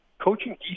coaching